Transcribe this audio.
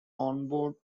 onboard